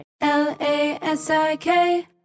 L-A-S-I-K